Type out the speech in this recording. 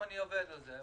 ואני גם עובד על זה.